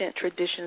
traditions